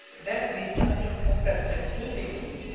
there's been something suppressed and killed in you.